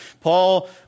Paul